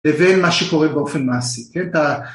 לבין מה שקורה באופן מעשי, כן?